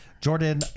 jordan